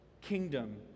kingdom